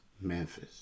Memphis